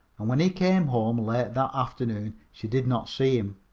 and when he came home late that afternoon she did not see him.